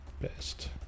Best